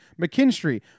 McKinstry